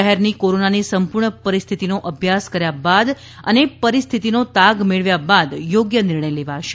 શહેરની કોરોનાની સંપૂર્ણ પરિસ્થિતિનો અભ્યાસ કર્યા બાદ અને પરિસ્થિતિનો તાગ મેળવ્યા બાદ યોગ્ય નિર્ણય લેવાશે